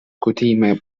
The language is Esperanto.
kutime